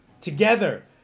together